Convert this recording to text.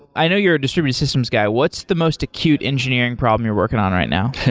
i know you're a distributed systems guy. what's the most acute engineering problem you're working on right now?